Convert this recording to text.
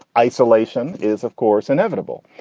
isolation is, of course, inevitable.